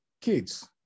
kids